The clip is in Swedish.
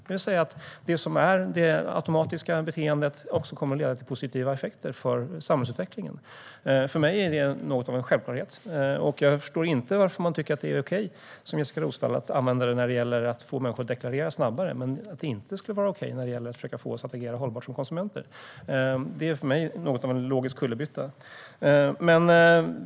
Det handlar alltså om att det automatiska beteendet också kommer att leda till positiva effekter för samhällsutvecklingen. För mig är det något av en självklarhet. Jag förstår inte hur man som Jessika Roswall kan tycka att det är okej att använda detta när det gäller att få människor att deklarera snabbare men inte när det gäller att försöka få oss att agera hållbart som konsumenter. Det är för mig något av en logisk kullerbytta.